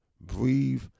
breathe